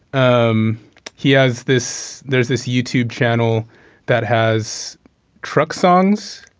um he has this there's this youtube channel that has truck songs.